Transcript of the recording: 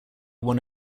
won